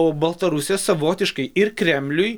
o baltarusija savotiškai ir kremliui